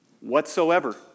Whatsoever